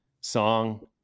song